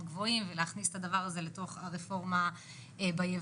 גבוהים ולהכניס את הדבר הזה לתוך הרפורמה בייבוא,